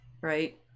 right